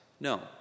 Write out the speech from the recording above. No